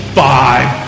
five